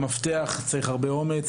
המפתח צריך הרבה אומץ,